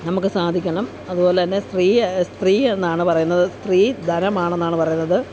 നമുക്ക് സാധിക്കണം അതുപോലെ തന്നെ സ്രീ സ്ത്രീ എന്നാണ് പറയുന്നത് സ്ത്രീ ധനം ആണെന്നാണ് പറയുന്നത്